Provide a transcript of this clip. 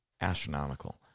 Astronomical